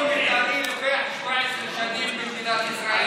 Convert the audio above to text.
לפעמים לוקח 17 שנים להכריז על יישוב,